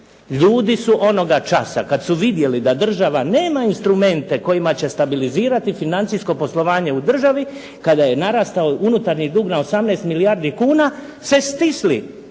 Ljudi su onoga časa kad su vidjeli da država nema instrumente kojima će stabilizirati financijsko poslovanje u državi, kada je narastao unutarnji dug na 18 milijardi kuna, se stisli